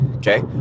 Okay